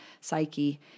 psyche